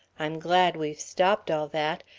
i'm glad we've stopped all that.